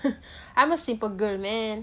I'm a simple girl man